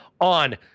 on